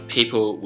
People